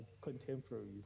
contemporaries